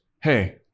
Hey